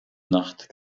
nacht